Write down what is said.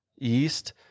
east—